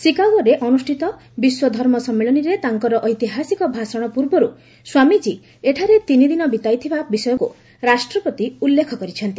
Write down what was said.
ସିକାଗୋରେ ଅନୁଷ୍ଠିତ ବିଶ୍ୱ ଧର୍ମ ସମ୍ମିଳନୀରେ ତାଙ୍କର ଐତିହାସିକ ଭାଷଣ ପୂର୍ବରୁ ସ୍ୱାମୀଜୀ ଏଠାରେ ତିନିଦିନ ବିତାଇଥିବା ବିଷୟକୁ ରାଷ୍ଟ୍ରପତି ଉଲ୍ଲେଖ କରିଛନ୍ତି